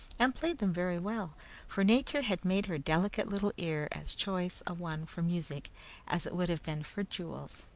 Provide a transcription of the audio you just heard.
and played them very well for nature had made her delicate little ear as choice a one for music as it would have been for jewels,